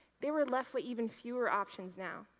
they were left with even fewer options now.